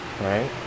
right